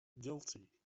guilty